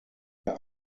there